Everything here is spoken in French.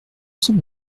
sont